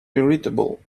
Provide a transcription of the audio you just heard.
irritable